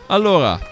Allora